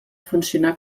funcionar